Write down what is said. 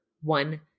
one